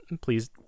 please